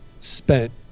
spent